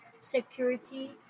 security